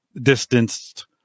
distanced